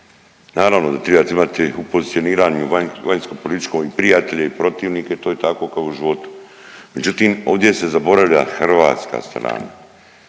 Naravno da trebate imati u pozicioniranju vanjskopolitičkome i prijatelje i protivnike, to je tako kao u životu. Međutim ovdje se zaboravlja hrvatska strana.